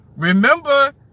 Remember